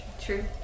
true